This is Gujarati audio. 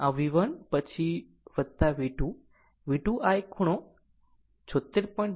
આમ V1 પછી V2V2 આ એક 76